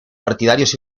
partidarios